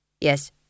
Yes